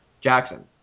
Jackson